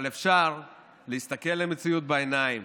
אבל אפשר להסתכל למציאות בעיניים